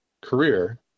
career